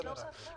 לא בהכרח.